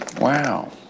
Wow